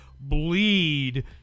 bleed